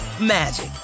magic